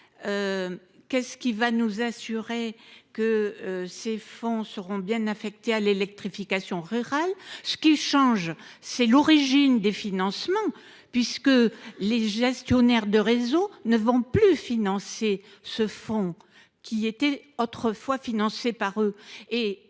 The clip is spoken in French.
qu’est ce qui nous assurera que ces fonds seront bien affectés à l’électrification rurale ? Ce qui change, c’est l’origine des financements, puisque les gestionnaires de réseau ne vont plus financer ce fonds, comme ils le faisaient